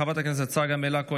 חברת הכנסת צגה מלקו,